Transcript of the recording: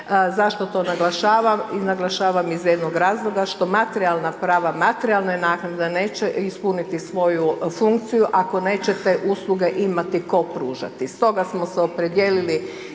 zašto to naglašavam, naglašavam iz jednog razloga, što materijalna prava, materijalna naknada neće ispuniti svoju funkciju ako neće te usluge imati tko pružati stoga smo se opredijelili